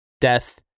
death